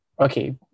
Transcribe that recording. okay